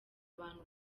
abantu